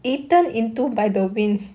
it turn into by the wind